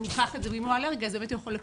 ואם הוא אלרגי אז הוא יכול,